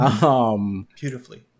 Beautifully